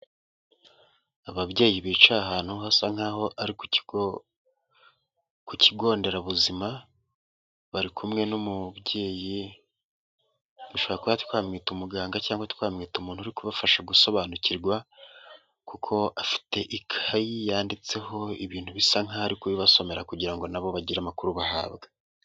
Ababyeyi bicaye ahantu hasa nk'aho ari ku kigo nderabuzima bari kumwe n'umubyeyi dushobora kuba twamwita umuganga cyangwa twamwita umuntu uri kubafasha gusobanukirwa, kuko afite ikayi yanditseho ibintu bisa nk'aho ari kubibasomera kugira ngo na bo bagire amakuru bahabwa.